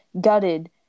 gutted